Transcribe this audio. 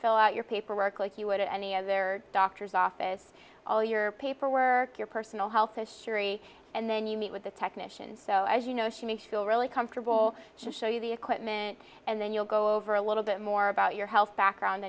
out your paperwork like you would any of their doctor's office all your paperwork your personal health history and then you meet with the technician so as you know she may feel really comfortable to show you the equipment and then you'll go over a little bit more about your health background